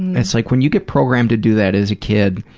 it's like, when you get programmed to do that as a kid,